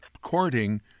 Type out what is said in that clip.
courting